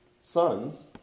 sons